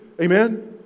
amen